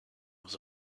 was